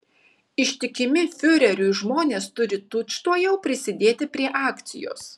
ištikimi fiureriui žmonės turi tučtuojau prisidėti prie akcijos